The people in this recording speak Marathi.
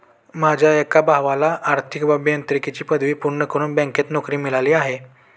माझ्या एका भावाला आर्थिक अभियांत्रिकीची पदवी पूर्ण करून बँकेत नोकरी मिळाली आहे